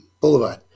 Boulevard